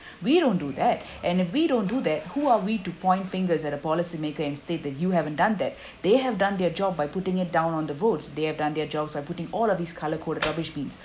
we don't do that and if we don't do that who are we to point fingers at a policymaker and state the you haven't done that they have done their job by putting it down on the roads they have done their jobs by putting all of these colour-coded rubbish bins